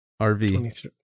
RV